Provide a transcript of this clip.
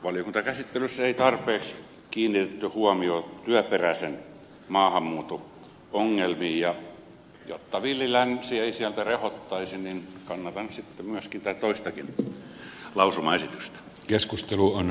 valiokuntakäsittelyssä ei tarpeeksi kiinnitetty huomiota työperäisen maahanmuuton ongelmiin ja jotta villi länsi ei sieltä rehottaisi niin kannatan myöskin tätä toistakin lausumaesitystä